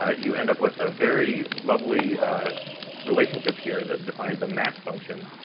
ah you end up with a very lovely relationship here that defines a mass function,